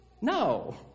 No